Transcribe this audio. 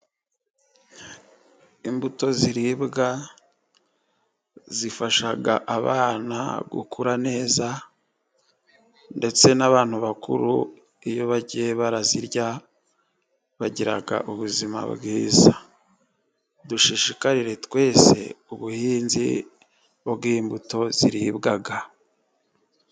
Imbuto ziribwa zifasha abana gukura neza, ndetse n'abantu bakuru iyo bagiye bazirya, bagira ubuzima bwiza. Dushishikarire twese ubuhinzi bw'imbuto ziribwa.